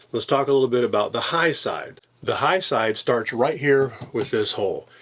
let's talk a little bit about the high side. the high side starts right here with this hole.